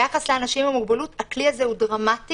ביחס לאנשים עם מוגבלות, הכלי הזה הוא דרמטי.